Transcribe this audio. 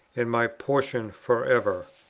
and my portion for ever